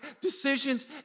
decisions